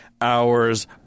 hours